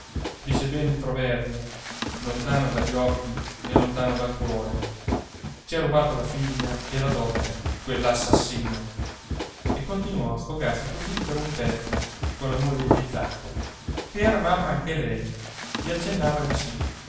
dice bene il proverbio lontano dagli occhi e lontano dal cuore ci ha rubato la figlia e la dote quell'assassino e continuò a sfogarsi così per un pezzo colla moglie di zacco che era mamma anche lei e accennava di sì